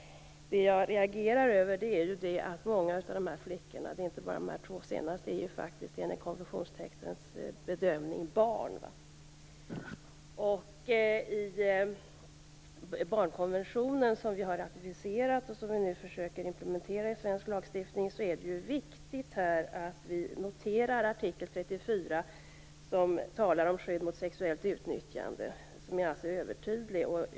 Det jag reagerar över är att många av dessa flickor, inte bara de två i de senaste fallen, enligt konventionstextens bedömning är barn. I barnkonventionen, som vi har ratificerat och som vi nu försöker implementera i svensk lagstiftning, är det viktigt att vi noterar artikel 34, som talar om skydd mot sexuellt utnyttjande, som alltså är övertydlig.